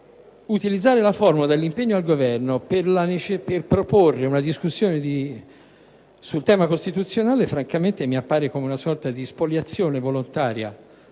Utilizzare però la formula dell'impegno al Governo per proporre una discussione su un tema costituzionale mi appare francamente come una sorta di spoliazione volontaria